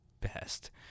best